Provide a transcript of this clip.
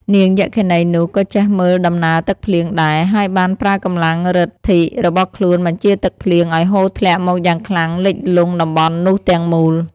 នាងយក្ខិនីនោះ ក៏ចេះមើលដំណើរទឹកភ្លៀងដែរ ហើយបានប្រើកម្លាំងប្ញទ្ធិរបស់ខ្លួនបញ្ជាទឹកភ្លៀងឲ្យហូរធ្លាក់មកយ៉ាងខ្លាំងលិចលង់តំបន់នោះទាំងមូល។